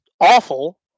awful